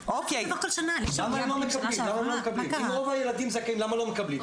אם רוב הילדים זכאים, למה הם לא מקבלים?